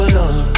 love